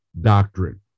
doctrine